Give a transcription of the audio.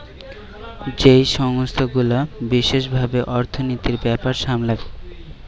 যেই সংস্থা গুলা বিশেষ ভাবে অর্থনীতির ব্যাপার সামলায়